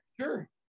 Sure